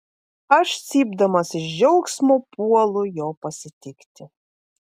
aš cypdamas iš džiaugsmo puolu jo pasitikti